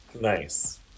Nice